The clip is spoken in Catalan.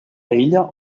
ella